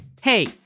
Hey